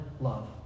love